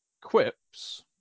quips